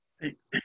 Thanks